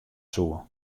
soe